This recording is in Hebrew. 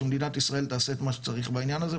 שמדינת ישראל תעשה את מה שצריך בעניין הזה,